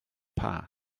park